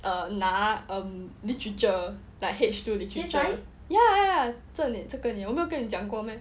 uh 拿 um literature like H two literature ya 这个年